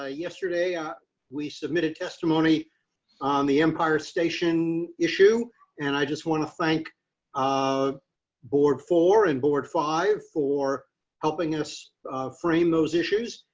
ah yesterday ah we submitted testimony on the empire station issue and i just want to thank a um board for and board five for helping us frame those issues.